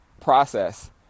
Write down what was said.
process